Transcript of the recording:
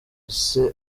ese